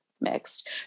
mixed